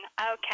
Okay